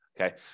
Okay